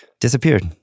disappeared